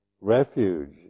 refuge